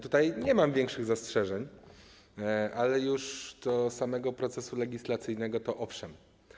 Tutaj nie mam większych zastrzeżeń, ale już do samego procesu legislacyjnego to owszem.